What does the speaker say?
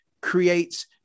creates